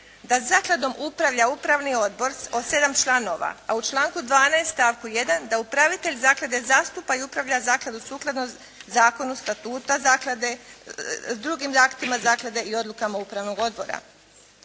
da zakladom upravlja upravni odbor od sedam članova, a u članku 12. stavku 1. da upravitelj zaklade zastupa i upravlja zakladom sukladno zakonu, statuta zaklade, drugim aktima zaklade i odlukama upravnog odbora.